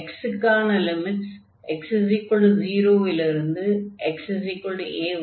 x க்கான limits x 0 லிருந்து xa வரை